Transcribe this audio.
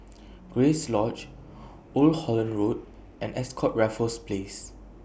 Grace Lodge Old Holland Road and Ascott Raffles Place